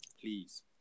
please